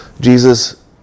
Jesus